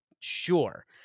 Sure